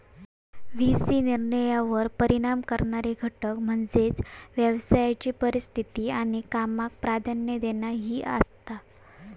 V C निर्णयांवर परिणाम करणारे घटक म्हणजे व्यवसायाची परिस्थिती आणि कामाक प्राधान्य देणा ही आसात